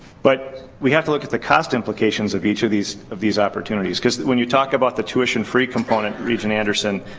but we have to look at the cost implications of each of these of these opportunities. when you talk about the tuition free component, agent anderson,